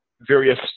various